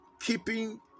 keeping